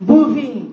Moving